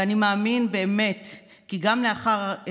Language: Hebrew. ואני מאמין באמת כי גם לאחר,